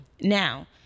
Now